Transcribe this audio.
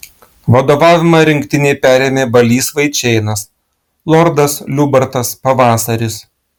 vadovavimą rinktinei perėmė balys vaičėnas lordas liubartas pavasaris